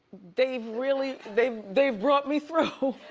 they've really, they've they've brought me through.